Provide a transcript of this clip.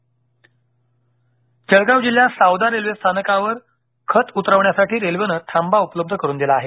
जळगाव जळगाव जिल्ह्यात सावदा रेल्वे स्थानकावर खतांचे रॅक उतरवण्यासाठी रेल्वेनं थांबा उपलब्ध करून दिला आहे